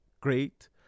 great